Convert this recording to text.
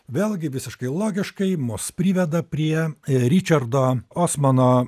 vėlgi visiškai logiškai mus priveda prie ričardo osmano